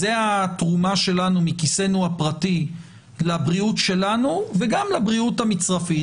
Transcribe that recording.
זו התרומה שלנו מכיסנו הפרטי לבריאות שלנו וגם לבריאות המצרפית.